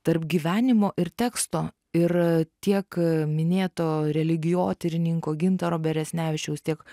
tarp gyvenimo ir teksto ir tiek minėto religijotyrininko gintaro beresnevičiaus tiek